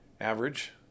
average